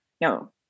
No